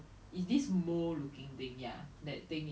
in a spirit of their own